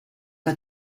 que